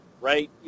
right